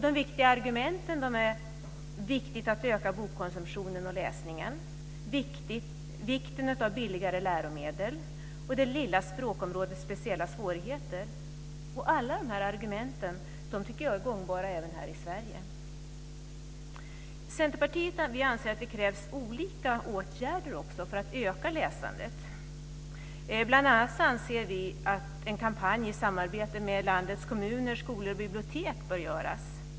De viktiga argumenten var vikten av att öka bokkonsumtionen och läsningen, vikten av billigare läromedel samt det lilla språkområdets speciella svårigheter. Alla dessa argument tycker jag är gångbara även här i Sverige. Centerpartiet anser att det krävs olika åtgärder för att öka läsandet. Bl.a. anser vi att en kampanj i samarbete med landets kommuner, skolor och bibliotek bör göras.